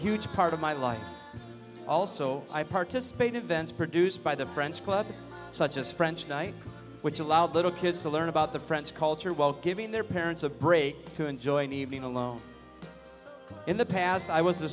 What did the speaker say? huge part of my life also i participate in events produced by the french club such as french night which allowed little kids to learn about the french culture while giving their parents a break to enjoy being alone in the past i was a